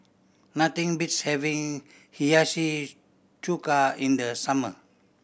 nothing beats having Hiyashi Chuka in the summer